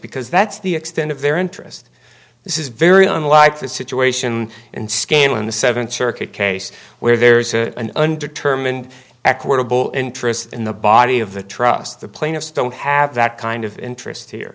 because that's the extent of their interest this is very unlike the situation in scanlon the seventh circuit case where there is a an undetermined equitable interest in the body of the trust the plaintiffs don't have that kind of interest here